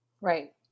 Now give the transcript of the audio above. Right